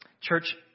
Church